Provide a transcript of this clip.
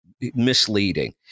misleading